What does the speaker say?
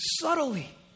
subtly